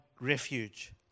refuge